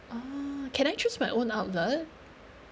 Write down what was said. ah can I choose my own outlet